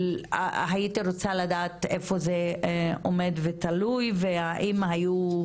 הייתי רוצה לדעת איפה זה עומד ותלוי, והאם היו,